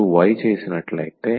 t